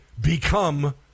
become